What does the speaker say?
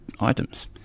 items